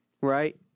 right